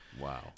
Wow